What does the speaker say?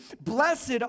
blessed